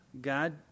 God